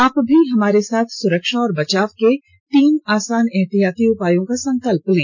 आप भी हमारे साथ सुरक्षा और बचाव के तीन आसान एहतियाती उपायों का संकल्प लें